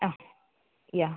അ യ